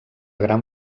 gran